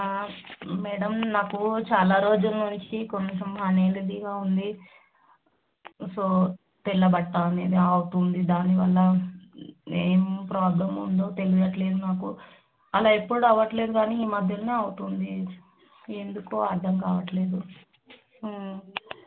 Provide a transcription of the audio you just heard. madam నాకు చాలా రోజులు నుంచి కొంచెం అనీజీగా ఉంది సో తెల్లబట్ట అనేది అవుతుంది దానివల్ల ఏం ప్రాబ్లం ఉందో తెలియట్లేదు నాకు అలా ఎప్పుడూ అవ్వట్లేదు కానీ ఈ మధ్యలనే అవుతుంది ఎందుకో అర్థం కావట్లేదు